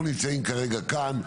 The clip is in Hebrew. אנחנו נמצאים כרגע כאן,